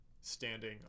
standing